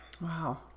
Wow